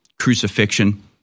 crucifixion